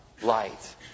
Light